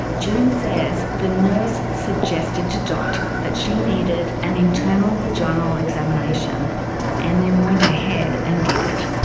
june says the nurse suggested to dot that she needed an internal vaginal examination and then went ahead and did it.